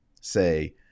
say